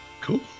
Cool